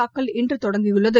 தாக்கல் இன்று தொடங்கியுள்ளது